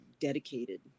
dedicated